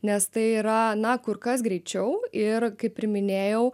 nes tai yra na kur kas greičiau ir kaip ir minėjau